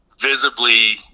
visibly